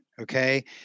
Okay